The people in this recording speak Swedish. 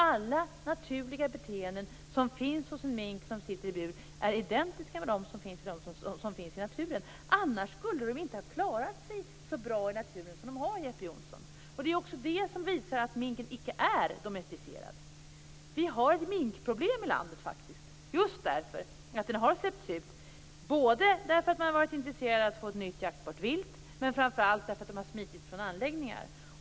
Alla naturliga beteenden som finns hos en mink som sitter i bur är identiska med de beteenden som finns hos djur i naturen. Annars skulle de inte ha klarat sig så bra ute som de har, Jeppe Johnsson. Det visar att minken icke är domesticerad. Vi har faktiskt minkproblem i landet både för att man har varit intresserad av att få ett nytt jaktbart vilt och för att de har smitit från anläggningar.